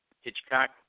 Hitchcock